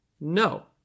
No